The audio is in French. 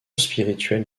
spirituelle